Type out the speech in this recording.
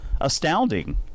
astounding